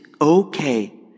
okay